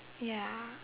ya